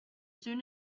soon